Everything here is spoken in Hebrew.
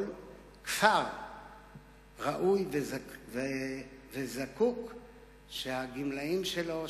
כל כפר ראוי וזקוק שהגמלאים שלו,